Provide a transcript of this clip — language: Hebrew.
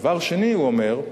דבר שני, הוא אומר,